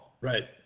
Right